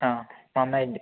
ആ നന്നായിട്ടുണ്ട്